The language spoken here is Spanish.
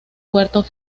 huertos